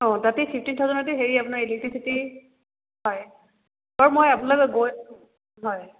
অঁ তাতেই ফিফটিন থাউজেণ্তে হেৰি আপোনাৰ ইলেক্টিচিটি হয় বাৰু মই আপোনালোকে গৈ হয়